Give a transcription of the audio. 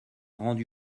rendu